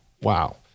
Wow